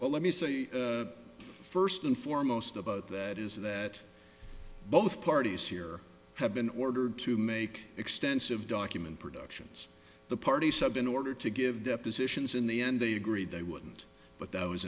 well let me say first and foremost about that is that both parties here have been ordered to make extensive document productions the party sub in order to give depositions in the end they agreed they wouldn't but that was